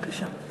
בבקשה.